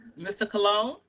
mr. colon.